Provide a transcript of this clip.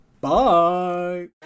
Bye